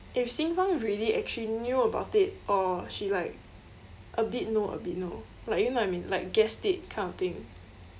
if xin fang really actually knew about it or she like a bit know a bit know like you know what I mean like guessed it kind of thing